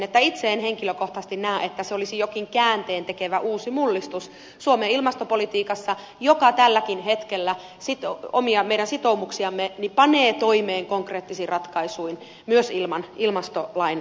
itse en henkilökohtaisesti näe että se olisi jokin käänteentekevä uusi mullistus suomen ilmastopolitiikassa joka tälläkin hetkellä meidän omia sitoumuksiamme panee toimeen konkreettisin ratkaisuin myös ilman ilmastolain olemassaoloa